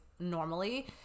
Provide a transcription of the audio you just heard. normally